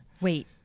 Wait